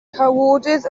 cawodydd